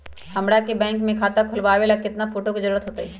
हमरा के बैंक में खाता खोलबाबे ला केतना फोटो के जरूरत होतई?